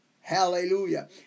hallelujah